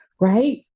right